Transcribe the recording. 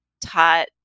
taught